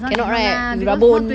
cannot right if you rabun